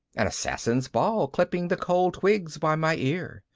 an assassin's ball clipping the cold twigs by my ear,